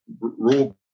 rule